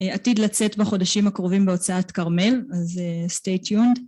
עתיד לצאת בחודשים הקרובים בהוצאת כרמל, אז stay tuned.